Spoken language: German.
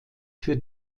für